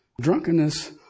drunkenness